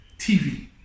TV